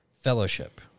fellowship